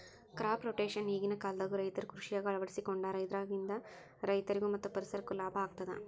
crop rotation ಈಗಿನ ಕಾಲದಾಗು ರೈತರು ಕೃಷಿಯಾಗ ಅಳವಡಿಸಿಕೊಂಡಾರ ಇದರಿಂದ ರೈತರಿಗೂ ಮತ್ತ ಪರಿಸರಕ್ಕೂ ಲಾಭ ಆಗತದ